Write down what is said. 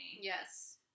Yes